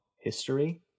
history